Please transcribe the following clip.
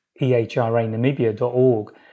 ehranamibia.org